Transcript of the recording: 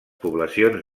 poblacions